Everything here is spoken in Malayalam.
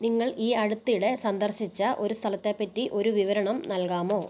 നിങ്ങൾ ഈ അടുത്തിടെ സന്ദർശിച്ച ഒരു സ്ഥലത്തെ പറ്റി ഒരു വിവരണം നൽകാമോ